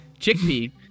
Chickpea